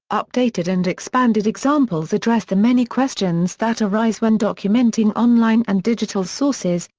updated and expanded examples address the many questions that arise when documenting online and digital sources,